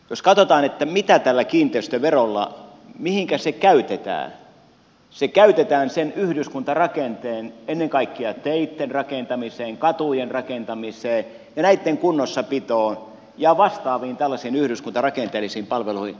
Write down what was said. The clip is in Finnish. jos katsotaan mihin kiinteistövero käytetään se käytetään sen yhdyskuntarakenteen ennen kaikkea teitten rakentamiseen katujen rakentamiseen ja näitten kunnossapitoon ja vastaaviin tällaisiin yhdyskuntarakenteellisiin palveluihin